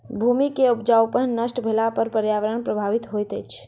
भूमि के उपजाऊपन नष्ट भेला पर पर्यावरण प्रभावित होइत अछि